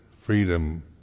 freedom